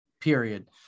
period